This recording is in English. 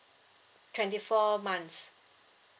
twenty four months